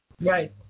Right